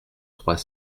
trois